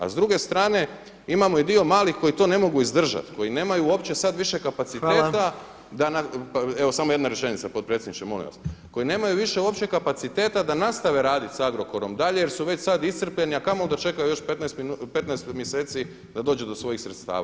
A s druge strane imamo i dio malih koji to ne mogu izdržati, koji nemaju uopće sada više kapaciteta da [[Upadica Jandroković: Hvala.]] evo samo jedna rečenica potpredsjedniče molim vas, koji nemaju više uopće kapaciteta da nastave raditi sa Agrokorom dalje jer su već sada iscrpljeni, a kamoli da čekaju još 15 mjeseci da dođe do svojih sredstava.